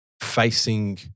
facing